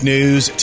News